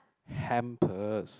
hampers